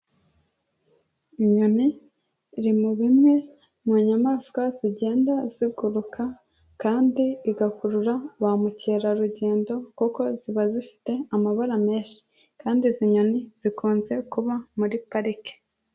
Inyoni iri mu bimwe mu nyamaswa zigenda ziguruka kandi igakurura ba mukerarugendo, kuko ziba zifite amabara menshi kandi izi nyoni zikunze kuba muri parike.